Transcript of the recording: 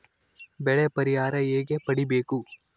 ಬೆಳೆ ಪರಿಹಾರ ಹೇಗೆ ಪಡಿಬೇಕು?